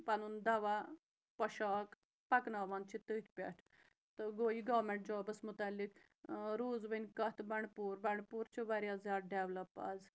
پَنُن دَوا پوشاک پَکناوان چھِ تٔتھۍ پٮ۪ٹھ تہٕ گوٚو یہِ گارمٮ۪ںٛٹ جابَس مُتعلِق روٗز وَنۍ کَتھ بنٛڈ پوٗر بنٛڈ پوٗر چھِ واریاہ زیادٕ ڈٮ۪ولَپ آز